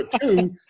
two